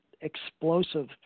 explosive